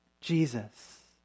Jesus